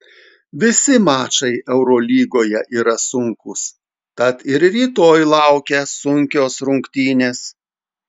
visi mačai eurolygoje yra sunkūs tad ir rytoj laukia sunkios rungtynės